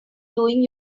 doing